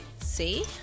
See